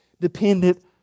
dependent